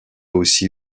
aussi